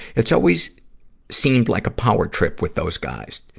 it's always seemed like a power trip with those guys.